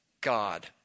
God